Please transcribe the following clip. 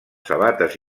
sabates